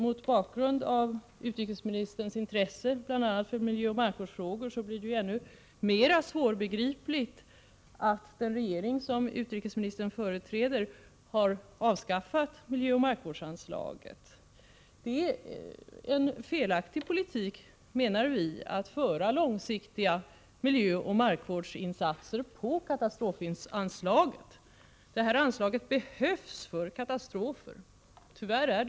Mot bakgrund av utrikesministerns intresse för bl.a. miljöoch markvårdsfrågor blir det ännu mer svårbegripligt att den regering som utrikesministern företräder har avskaffat miljöoch markvårdsanslaget. Det är en felaktig politik, menar vi, att föra långsiktiga miljöoch markvårdsinsatser på katastrofanslaget. Det anslaget behövs för katastrofer — tyvärr.